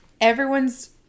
everyone's